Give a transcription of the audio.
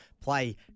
Play